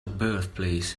birthplace